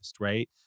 right